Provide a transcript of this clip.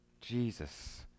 Jesus